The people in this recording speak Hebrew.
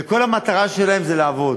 וכל המטרה שלהם היא לעבוד.